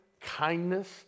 kindness